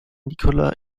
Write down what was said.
nicola